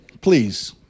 please